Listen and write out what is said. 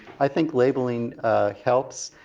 i think labeling helps.